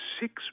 six